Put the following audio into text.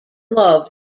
love